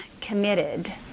committed